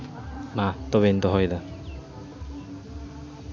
ᱢᱟ ᱛᱚᱵᱮᱧ ᱫᱦᱚᱭᱫᱟ